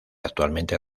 actualmente